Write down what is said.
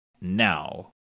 now